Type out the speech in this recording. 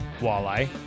walleye